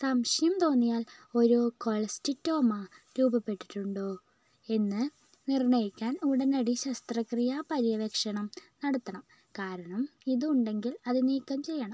സംശയം തോന്നിയാൽ ഒരു കൊളസ്റ്റിറ്റോമ രൂപപ്പെട്ടിട്ടുണ്ടോ എന്ന് നിർണ്ണയിക്കാൻ ഉടനടി ശസ്ത്രക്രിയ പര്യവേക്ഷണം നടത്തണം കാരണം ഇത് ഉണ്ടെങ്കിൽ അത് നീക്കം ചെയ്യണം